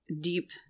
deep